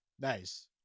Nice